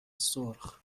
سرخ